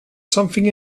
something